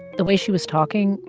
the way she was talking,